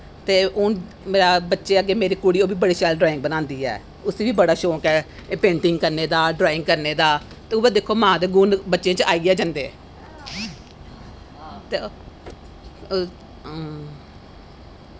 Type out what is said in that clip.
ते हून मेरे बच्चे मेरी कुड़ी ओह् बी बड़ी शैल ड्राईंग बनांदी ऐ उस्सी बी बड़ा शौंक ऐ एह् पेंटिंग करने दा ड्राईंग करने दा ओह् दिक्खो मां दे गुण बच्चें च आई गै जंदे ते